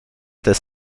des